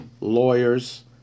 lawyers